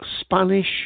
Spanish